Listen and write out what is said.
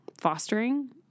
fostering